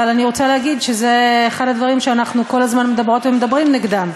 אבל אני רוצה להגיד שזה אחד הדברים שאנחנו כל הזמן מדברות ומדברים נגדם,